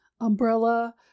umbrella